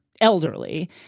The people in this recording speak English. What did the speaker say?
elderly